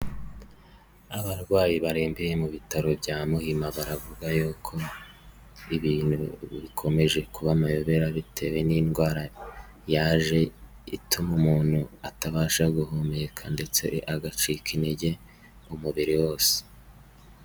Abarwayi barembeye mu bitaro bya Muhima baravuga yuko ibintu bikomeje kuba amayobera, bitewe n'indwara yaje ituma umuntu atabasha guhumeka ndetse agacika intege umubiri wose.